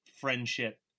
friendship